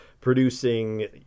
producing